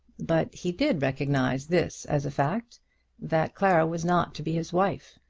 but he did recognise this as a fact that clara was not to be his wife,